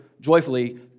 joyfully